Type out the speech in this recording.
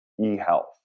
e-health